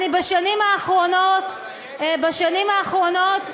בשנים אחרונות, בשנים האחרונות,